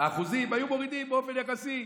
האחוזים היו מורידים באופן יחסי,